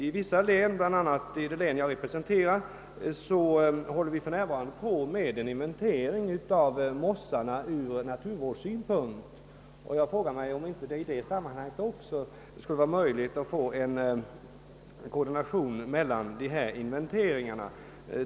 I vissa län, bl.a. det som jag representerar, inventeras för närvarande mossarna från naturvårdssynpunkt. Skulle det inte vara möjligt att få en koordination mellan dessa inventeringar?